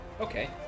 Okay